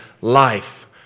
life